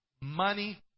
Money